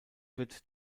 wird